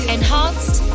Enhanced